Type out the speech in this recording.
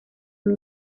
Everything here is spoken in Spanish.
una